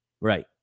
right